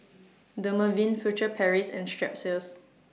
Dermaveen Furtere Paris and Strepsils